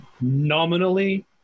nominally